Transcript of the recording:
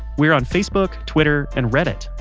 we're on facebook, twitter, and reddit.